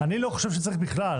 צריכה --- אני לא חושב שצריך בכלל,